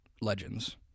legends